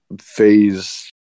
phase